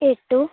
eight two